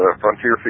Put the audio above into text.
Frontier